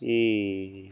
ಈ